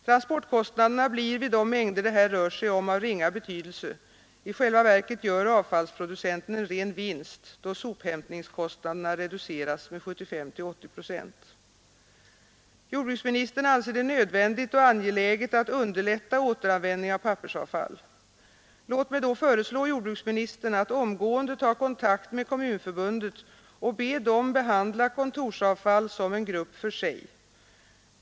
Transportkostnaderna blir vid de mängder det här rör sig om av ringa betydelse — i själva verket gör avfallsproducenten en ren vinst då sophämtningskostnaderna reduceras med 75—80 procent. Jordbruksministern anser det nödvändigt och angeläget att underlätta återanvändning av pappersavfall. Låt mig då föreslå jordbruksministern att omgående ta kontakt med Kommunförbundet och be det behandla kontorsavfall som en grupp för sig.